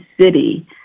city